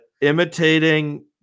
imitating